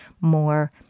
more